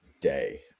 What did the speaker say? day